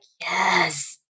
yes